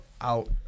out